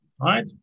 right